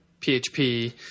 PHP